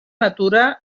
natura